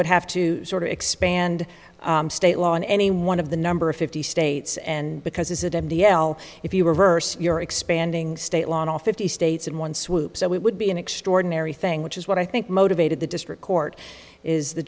would have to sort of expand state law in any one of the number of fifty states and because it m t l if you reverse your expanding state law in all fifty states in one swoop so it would be an extraordinary thing which is what i think motivated the district court is the